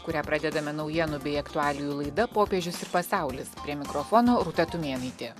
kurią pradedame naujienų bei aktualijų laida popiežius ir pasaulis prie mikrofono rūta tumėnaitė